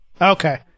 Okay